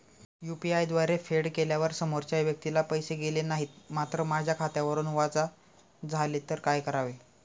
UPI द्वारे फेड केल्यावर समोरच्या व्यक्तीला पैसे गेले नाहीत मात्र माझ्या खात्यावरून वजा झाले तर काय करावे?